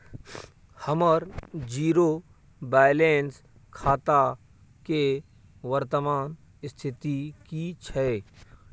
हमर zero balance खाता के वर्तमान स्थिति की छै?